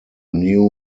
new